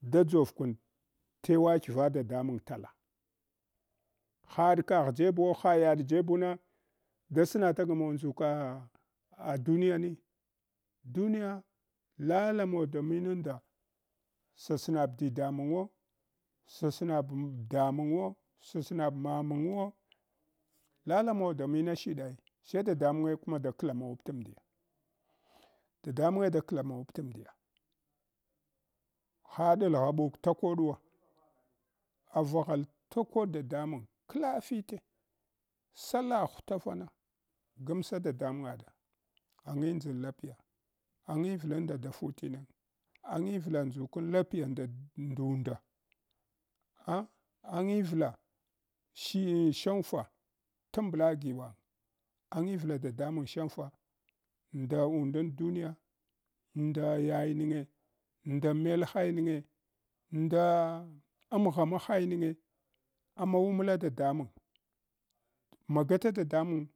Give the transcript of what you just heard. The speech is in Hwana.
da dʒor kun tawa dqiva dadamang tala haɗ kagh jebuwo hayaɗ jebuna da sna tagamawa ndzuka ah duniya ni? Duniya lala mawa da minunda sasnab diɗamunguwo. Sasnabm damungwo, sasnab mamungwo lalamawa da mina shidai sai dadamange kuma dawamawapta mdiya. Dadamange da wamawampta mdiya haɗal ghaɓuk takoɗwo avaghal takoɗ dadamang wafite sallagh hutafar gamsa dadamangɗa angidʒan lapiya, anyivlunda da fulinang, aiyivla ndʒukan lapiya ndad ndunda ah angivla shi shawangfa tambla giwang, angivla dadamang shanfa nda undan duniya, nda yayinge, nda melha yinige, nda amgham aha yinge amawumla dadamang magata dadamung.